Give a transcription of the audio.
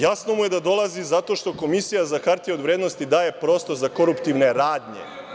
Jasno mu je da dolazi zato što Komisija za hartije od vrednosti daje prostor za koruptivne radnje.